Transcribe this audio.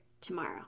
tomorrow